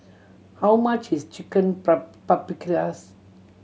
how much is Chicken Paprikas